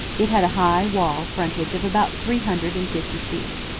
it had a high wall frontage of about three hundred and fifty feet.